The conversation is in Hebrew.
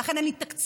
ולכן אין לי תקציבים,